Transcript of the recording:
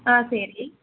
ஆ சரி